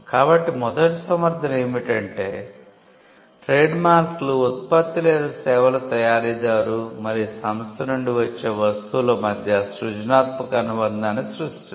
కాబట్టి మొదటి సమర్థన ఏమిటంటే ట్రేడ్మార్క్లు ఉత్పత్తి లేదా సేవల తయారీదారు మరియు సంస్థ నుండి వచ్చే వస్తువుల మధ్య సృజనాత్మక అనుబంధాన్ని సృష్టిస్తాయి